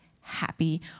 happy